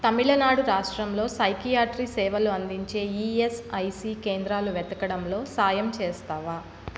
తమిళనాడు రాష్ట్రంలో సైకియాట్రీ సేవలు అందించే ఈఎస్ఐసి కేంద్రాలు వెతుకడంలో సాయం చేస్తావా